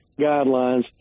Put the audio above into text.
guidelines